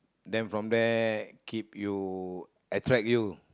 then from there keep you attract you